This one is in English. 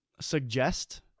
suggest